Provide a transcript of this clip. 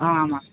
ஆ ஆமாம்